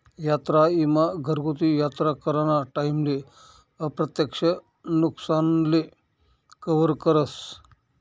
यात्रा ईमा घरगुती यात्रा कराना टाईमले अप्रत्यक्ष नुकसानले कवर करस